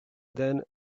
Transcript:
then